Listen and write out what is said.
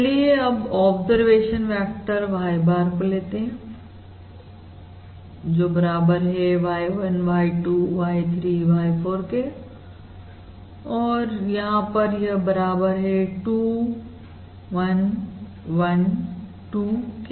चलिए अब observation vector y bar को लेते हैं जो बराबर है y 1 y 2 y 3 y 4 और यहां पर यह बराबर है 2 1 1 2 के